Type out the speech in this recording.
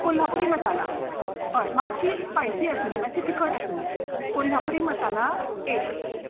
कोल्हापुरी मसाला हय मात्शी स्पायसी आसूं दी मात्शी तिखट आसूं दी कोल्हापुरी मसाला एक